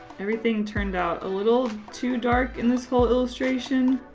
everything turned out a little too dark in this whole illustration.